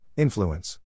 Influence